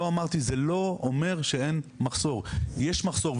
לא אמרתי, זה לא אומר שאין מחסור, יש מחסור.